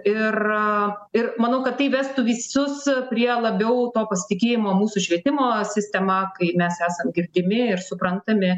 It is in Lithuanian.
ir ir manau kad tai vestų visus prie labiau to pasitikėjimo mūsų švietimo sistema kai mes esam girdimi ir suprantami